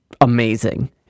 amazing